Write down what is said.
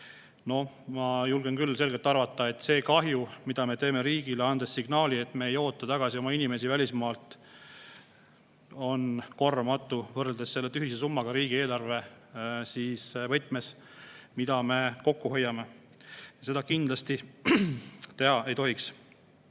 36. Ma julgen küll arvata, et see kahju, mida me teeme riigile, andes signaali, et me ei oota tagasi oma inimesi välismaalt, on korvamatu võrreldes selle tühise summaga riigieelarve võtmes, mida kokku hoitakse. Ja seda kindlasti teha ei tohiks.